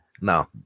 No